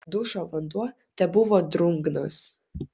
dušo vanduo tebuvo drungnas